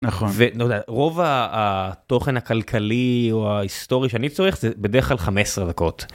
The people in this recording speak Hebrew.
נכון. רוב התוכן הכלכלי או ההיסטורי שאני צורך, זה בדרך כלל 15 דקות.